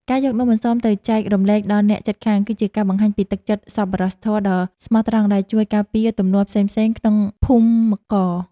ការយកនំអន្សមទៅចែករំលែកដល់អ្នកជិតខាងគឺជាការបង្ហាញពីទឹកចិត្តសប្បុរសធម៌ដ៏ស្មោះត្រង់ដែលជួយការពារទំនាស់ផ្សេងៗក្នុងភូមិករ។